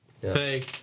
hey